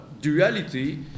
duality